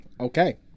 Okay